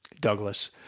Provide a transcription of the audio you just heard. Douglas